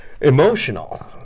emotional